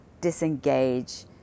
disengage